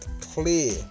clear